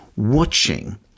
watching